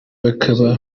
bakaba